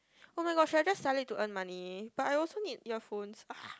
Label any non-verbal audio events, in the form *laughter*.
oh my god should I just sell it to earn money but I also need earphones *noise*